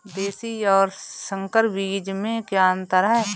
देशी और संकर बीज में क्या अंतर है?